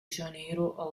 janeiro